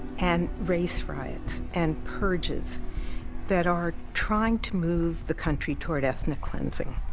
and race riots and purges that are trying to move the country toward ethnic cleansing.